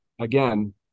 again